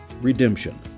redemption